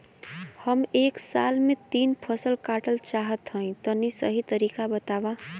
हम एक साल में तीन फसल काटल चाहत हइं तनि सही तरीका बतावा?